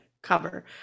cover